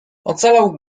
ocalał